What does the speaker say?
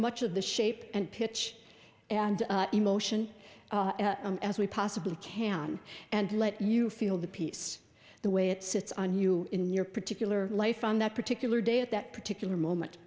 much of the shape and pitch and emotion as we possibly can and let you feel the piece the way it sits on you in your particular life on that particular day at that particular moment